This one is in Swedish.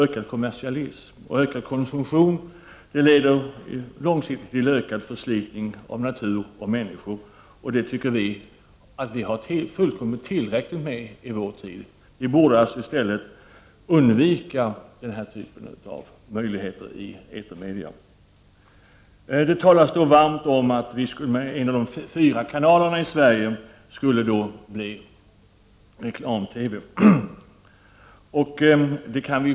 Ökad kommersialism och ökad konsumtion leder på lång sikt till ökad förslitning av natur och människor. Vi anser att vi har fullkomligt tillräckligt av detta i vår tid. Man borde i stället undvika den här typen av möjligheter i etermedia. Det talas varmt för att en av de fyra kanalerna i Sverige skall bli reklam TV.